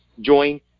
Join